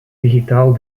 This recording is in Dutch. digitaal